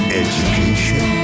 education